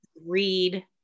read